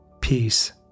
peace